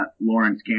Lawrence